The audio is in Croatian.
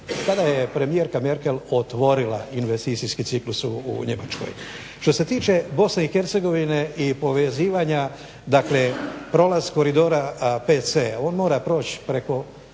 tada je premijerka Merkl otvorila investicijski ciklus u Njemačkoj. Što se tiče BIH i povezivanja prolaz koridora 5 c, on mora proć preko